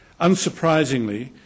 Unsurprisingly